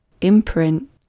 imprint